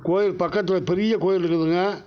கோவில் பக்கத்தில் பெரிய கோவில் இருக்குதுங்க